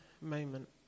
moment